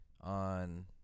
On